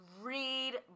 read